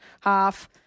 half